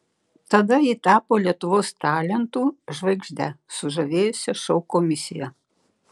tada ji tapo lietuvos talentų žvaigžde sužavėjusia šou komisiją